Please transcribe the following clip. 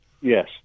Yes